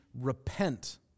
repent